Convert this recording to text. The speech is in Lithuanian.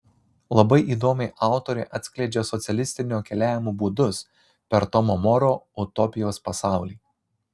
labai įdomiai autorė atskleidžia socialistinio keliavimo būdus per tomo moro utopijos pasaulį